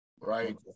right